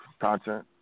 Content